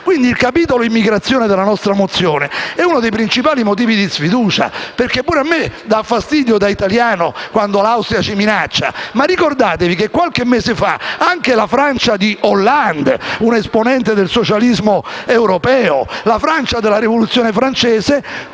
Quindi, il capitolo immigrazione della nostra mozione è uno dei principali motivi di sfiducia. Anche a me da italiano dà fastidio quando l'Austria ci minaccia, ma ricordatevi che qualche mese fa anche la Francia di Hollande, che è un esponente del socialismo europeo, la Francia della rivoluzione francese